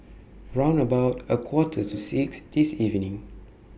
round about A Quarter to six This evening